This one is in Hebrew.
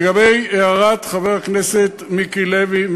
לגבי הערת חבר הכנסת מיקי לוי,